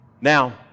Now